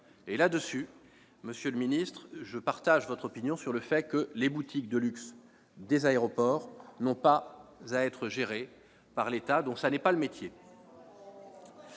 À cet égard, monsieur le ministre, je partage votre opinion selon laquelle les boutiques de luxe des aéroports n'ont pas à être gérées par l'État, dont ce n'est pas le métier.